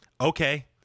Okay